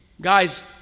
Guys